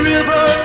River